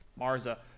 Marza